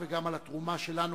וגם על התרומה שלנו,